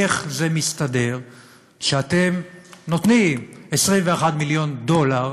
איך זה מסתדר שאתם נותנים 21 מיליון דולר